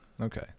Okay